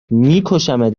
میکشمت